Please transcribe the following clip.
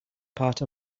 part